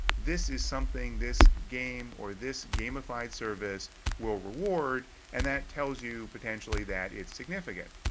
this is something this game or this gamified service will reward and that tells you potentially that it's significant.